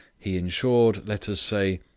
he insured, let us say,